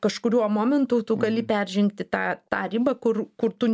kažkuriuo momentu tu gali peržengti tą tą ribą kur kur tu